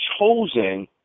chosen